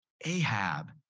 Ahab